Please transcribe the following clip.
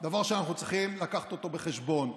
דבר שאנחנו צריכים להביא אותו בחשבון.